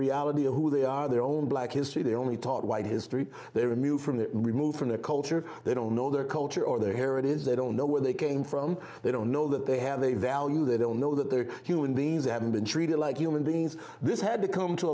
reality of who they are their own black history they only taught white history they remove from the removed from their culture they don't know their culture or their heritage they don't know where they came from they don't know that they have a value they don't know that they're human beings having been treated like human beings this had to come to